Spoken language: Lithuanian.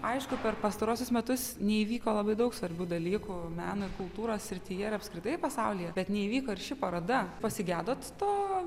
aišku per pastaruosius metus neįvyko labai daug svarbių dalykų meno kultūros srityje ir apskritai pasaulyje bet neįvyko ir ši paroda pasigedot to